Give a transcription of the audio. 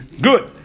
Good